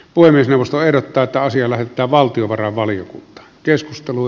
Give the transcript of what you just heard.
puhemiesneuvosto ehdottaa että asia lähetetään valtiovarainvaliokuntaan